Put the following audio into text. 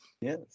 Yes